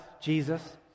Jesus